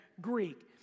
Greek